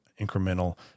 incremental